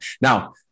Now